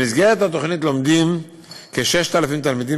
במסגרת התוכנית לומדים כ-6,000 תלמידים